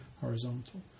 horizontal